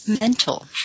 mental